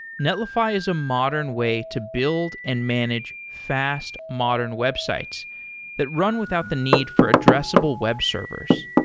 netlify is a modern way to build and manage fast modern websites that run without the need for addressable web servers.